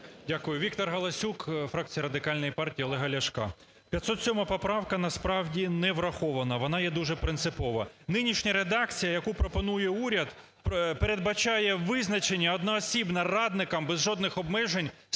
Дякую. ВікторГаласюк, фракція Радикальної партії Олега Ляшка. 507 поправка насправді не врахована, вона є дуже принципова. Нинішня редакція, яку пропонує уряд, передбачає визначення одноосібне радникам без жодних обмежень